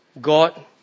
God